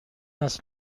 است